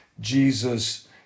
Jesus